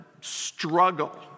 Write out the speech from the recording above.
struggle